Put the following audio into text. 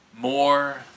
more